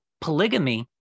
polygamy